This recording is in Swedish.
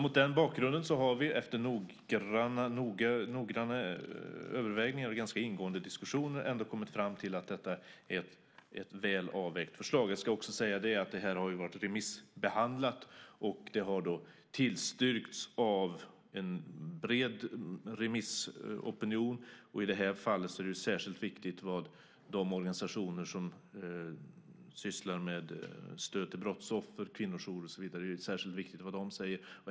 Mot den bakgrunden har vi efter noggranna överväganden och ganska ingående diskussioner ändå kommit fram till att detta är ett väl avvägt förslag. Jag ska också säga att förslagen har remissbehandlats och har då tillstyrkts av en bred remissopinion. I det här fallet är det särskilt viktigt vad de organisationer som stöder brottsoffer, kvinnojourer och så vidare, säger.